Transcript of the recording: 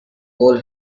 coal